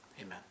Amen